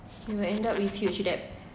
you will end up with huge debt